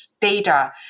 data